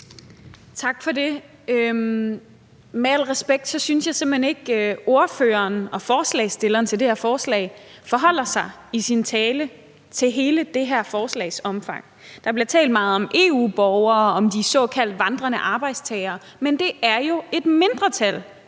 Tak for det. Med al respekt synes jeg simpelt hen ikke, at ordføreren for forslagsstillerne i sin tale forholder sig til hele det her forslags omfang. Der bliver talt meget om EU-borgere og om de såkaldt vandrende arbejdstagere, men det er jo et mindretal